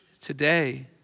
today